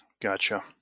Gotcha